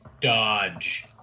dodge